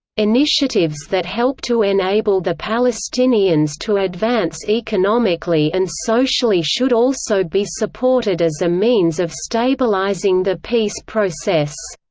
initiatives that help to enable the palestinians to advance economically and socially should also be supported as a means of stabilizing the peace process.